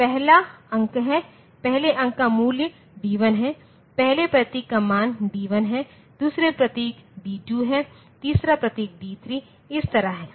तो यह पहला अंक है पहले अंक का मूल्य d1 है पहले प्रतीक का मान d1 है दूसरा प्रतीक d2 है तीसरा प्रतीक d3 इस तरह है